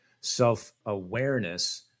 self-awareness